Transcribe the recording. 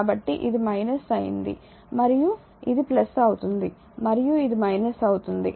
కాబట్టి ఇది అయింది మరియు ఇది అవుతుంది మరియు ఇది అవుతుంది